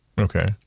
Okay